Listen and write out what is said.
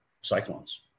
cyclones